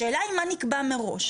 השאלה היא מה נקבע מראש.